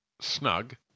snug